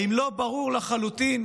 האם לא ברור לחלוטין